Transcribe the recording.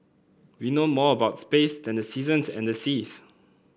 we know more about space than the seasons and the seas